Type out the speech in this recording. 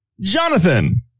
Jonathan